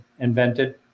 invented